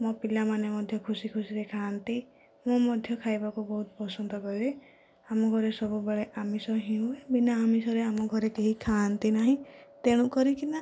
ମୋ ପିଲାମାନେ ମଧ୍ୟ ଖୁସି ଖୁସିରେ ଖାଆନ୍ତି ମୁଁ ମଧ୍ୟ ଖାଇବାକୁ ବହୁତ ପସନ୍ଦ କରେ ଆମ ଘରେ ସବୁବେଳେ ଆମିଷ ହିଁ ହୁଏ ବିନା ଆମିଷରେ ଆମ ଘରେ କେହି ଖାଆନ୍ତି ନାହିଁ ତେଣୁ କରିକିନା